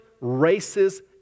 races